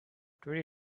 twenty